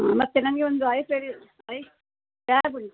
ಮತ್ತು ನನಗೆ ಒಂದು ಐ ಸರಿಯು ಐ ಟ್ಯಾಬ್ ಉಂಟ